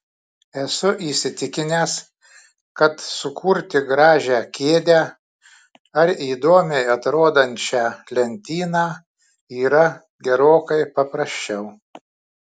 esu įsitikinęs kad sukurti gražią kėdę ar įdomiai atrodančią lentyną yra gerokai paprasčiau